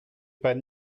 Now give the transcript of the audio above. pas